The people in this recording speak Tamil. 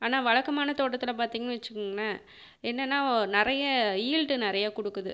ஆனால் வழக்கமான தோட்டத்தில் பார்த்தீங்கன்னு வச்சிக்கோங்களேன் என்னென்னா நிறைய யீல்டு நிறையா கொடுக்குது